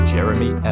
Jeremy